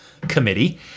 committee